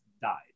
died